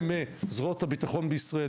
ממשטרת ישראל ומזרועות הביטחון בישראל,